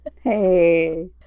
Hey